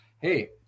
hey